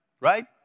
right